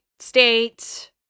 state